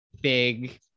big